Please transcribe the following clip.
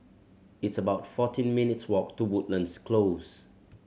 it's about fourteen minutes' walk to Woodlands Close